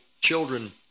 children